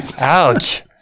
Ouch